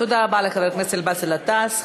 תודה רבה לחבר הכנסת באסל גטאס.